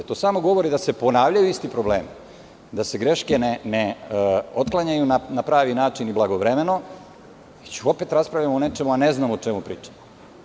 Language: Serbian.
To samo govori da se ponavljaju isti problemi, da se greške ne otklanjaju na pravi način i blagovremeno, već opet raspravljamo o nečemu, a ne znamo o čemu pričamo.